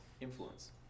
Influence